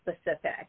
specific